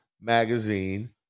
Magazine